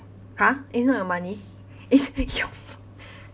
!huh! it's not your money it's your